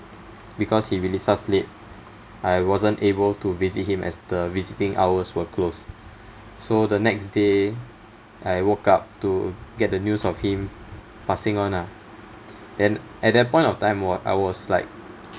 because he released us late I wasn't able to visit him as the visiting hours were closed so the next day I woke up to get the news of him passing on ah then at that point of time wa~ I was like